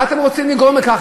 מה אתם רוצים לגרום בכך?